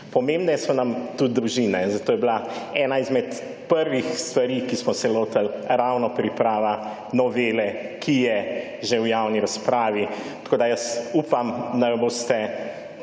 Pomembne so nam tudi družina in zato je bila ena izmed prvih stvari, ki smo se lotili, ravno priprava novele, ki je že v javni razpravi, tako da jaz upam, da jo